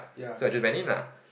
so I actually went in lah